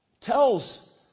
tells